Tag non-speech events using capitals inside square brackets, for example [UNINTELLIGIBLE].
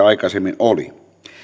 [UNINTELLIGIBLE] aikaisemmin oli